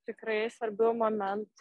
tikrai svarbiu momentu